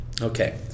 Okay